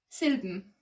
Silben